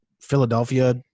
Philadelphia